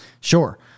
Sure